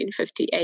1958